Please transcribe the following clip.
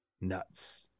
nuts